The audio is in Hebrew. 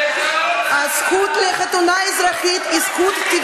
הזכות לחתונה אזרחית היא זכות טבעית,